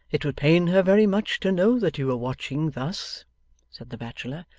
it would pain her very much to know that you were watching thus said the bachelor.